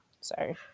Sorry